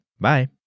Bye